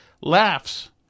laughs